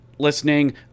listening